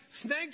snakes